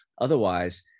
otherwise